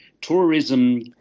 tourism